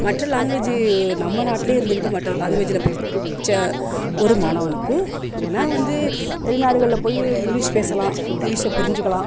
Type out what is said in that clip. மற்ற லாங்குவேஜ்ஜு நம்ம நாட்டிலயே இருந்துக்கிட்டு மற்ற லாங்குவேஜில் படித்த ஒரு மாணவனுக்கு வேணா வந்து வெளி நாடுகளில் போய் இங்கிலீஷ் பேசலாம் இங்கிலீஷ்ஷை புரிஞ்சுக்கலாம்